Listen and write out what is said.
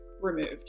removed